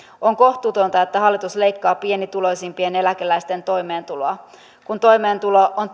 on kohtuutonta että hallitus leikkaa pienituloisimpien eläkeläisten toimeentuloa kun toimeentulo on